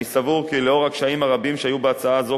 אני סבור כי לאור הקשיים הרבים שהיו בהצעה זו,